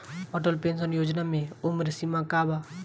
Atal pension योजना मे उम्र सीमा का बा?